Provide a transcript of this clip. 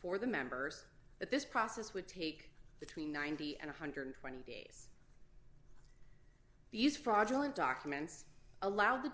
for the members that this process would take between ninety and one hundred and twenty days these fraudulent documents allow the